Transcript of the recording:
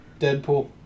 Deadpool